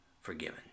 forgiven